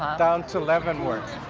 down to leavenworth.